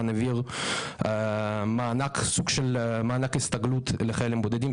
העביר סוג של מענק הסתגלות לחיילים בודדים,